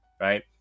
right